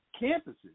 campuses